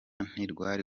ntirwari